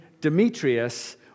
Demetrius